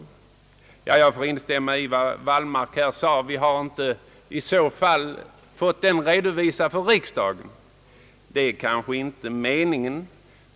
I så fall har vi, såsom herr Wallmark sade, inte fått dessa redovisade för riksdagen. Det var kanske inte hel ler meningen.